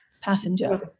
Passenger